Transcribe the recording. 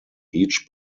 each